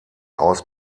aus